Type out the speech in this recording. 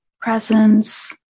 presence